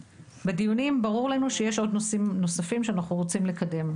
בדיונים ברור לנו שיש עוד נושאים נוספים שאנחנו רוצים לקדם,